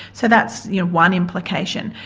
so that's you know one implication.